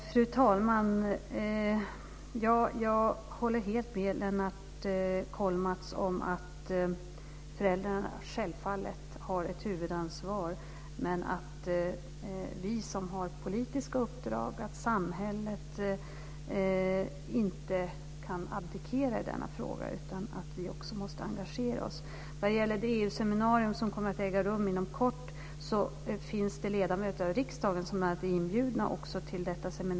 Fru talman! Jag håller helt med Lennart Kollmats om att föräldrarna självfallet har ett huvudansvar men att vi som har politiska uppdrag och samhället inte kan abdikera i denna fråga, utan vi måste engagera oss. Det EU-seminarium som kommer att äga rum inom kort finns det ledamöter av riksdagen inbjudna till.